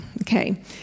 okay